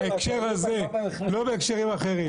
בהקשר הזה, לא בהקשרים אחרים.